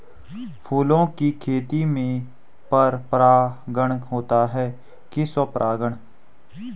फूलों की खेती में पर परागण होता है कि स्वपरागण?